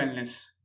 wellness